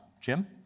Jim